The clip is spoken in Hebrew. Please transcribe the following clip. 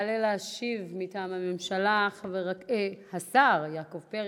יעלה להשיב מטעם הממשלה השר יעקב פרי,